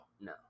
No